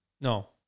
No